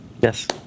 Yes